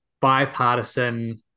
bipartisan